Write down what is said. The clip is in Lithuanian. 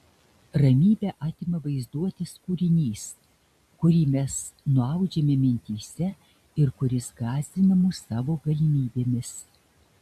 ramybę atima vaizduotės kūrinys kurį mes nuaudžiame mintyse ir kuris gąsdina mus savo galimybėmis